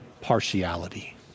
partiality